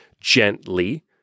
gently